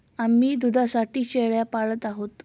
आम्ही दुधासाठी शेळ्या पाळल्या आहेत